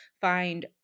find